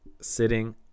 sitting